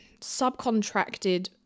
subcontracted